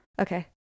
Okay